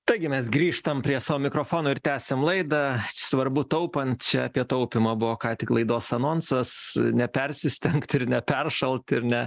taigi mes grįžtam prie savo mikrofono ir tęsiam laidą svarbu taupant čia apie taupymą buvo ką tik laidos anonsas nepersistengt ir neperšalt ir ne